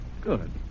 Good